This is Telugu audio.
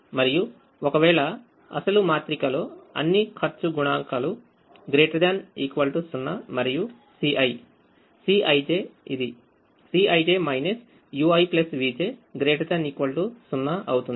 మరియు ఒకవేళ అసలుమాత్రికలో అన్ని ఖర్చు గణాంకాలు≥ 0 మరియు Ci Cꞌij ఇది Cij uivj ≥ 0అవుతుంది